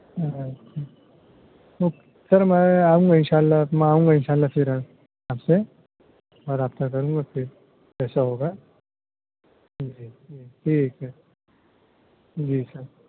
اچھا okay sir میں آؤں گا انشاء اللہ میں آؤں گا انشاء اللہ پھر آپ سے اور آپ کا ضرورت ہے جیسا ہوگا جی جی ٹھیک ہے جی سر